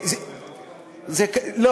מבקר המדינה.